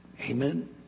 Amen